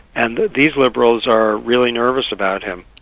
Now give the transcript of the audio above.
and these liberals are really nervous about him.